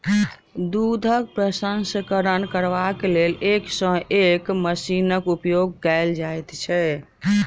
दूधक प्रसंस्करण करबाक लेल एक सॅ एक मशीनक उपयोग कयल जाइत छै